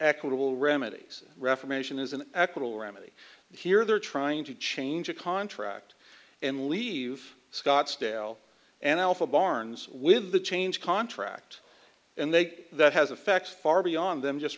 equitable remedies reformation is an equitable remedy here they're trying to change a contract and leave scottsdale and alpha barnes with the change contract and they that has effects far beyond them just